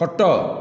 ଖଟ